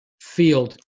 field